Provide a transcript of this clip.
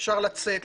אפשר לצאת.